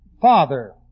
Father